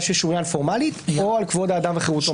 ששוריין פורמלית או על כבוד האדם וחירותו,